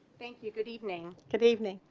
thank you. good evening. good evening.